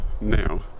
now